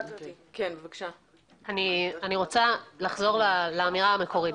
אני רוצה לחזור לאמירה המקורית.